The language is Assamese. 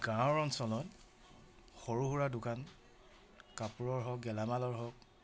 গাঁৱৰ অঞ্চলত সৰু সুৰা দোকান কাপোৰৰ হওক গেলামালৰ হওক